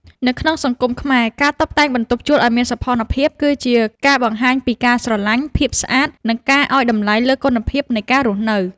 នៅក្នុងសង្គមខ្មែរ ការតុបតែងបន្ទប់ជួលឱ្យមានសោភ័ណភាព គឺជាការបង្ហាញពីការស្រឡាញ់ភាពស្អាត និងការឱ្យតម្លៃលើគុណភាពនៃការរស់នៅ។